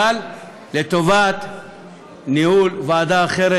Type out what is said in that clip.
אבל לטובת ניהול ועדה אחרת,